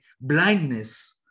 blindness